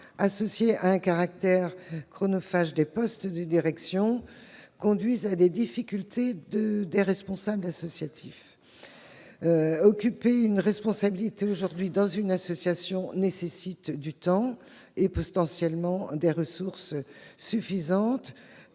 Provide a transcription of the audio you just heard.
associée à un caractère chronophage des postes de direction, conduit à des difficultés de renouvellement des responsables associatifs. De fait, occuper une responsabilité aujourd'hui dans une association nécessite du temps et, potentiellement, des ressources suffisantes